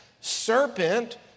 serpent